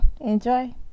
enjoy